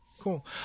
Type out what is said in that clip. cool